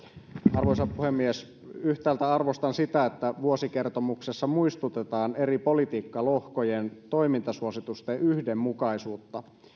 arvoisa puhemies yhtäältä arvostan sitä että vuosikertomuksessa muistutetaan eri politiikkalohkojen toimintasuositusten yhdenmukaisuuden tärkeydestä